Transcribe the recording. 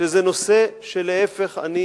שזה נושא, שלהיפך, אני